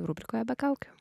rubrikoje be kaukių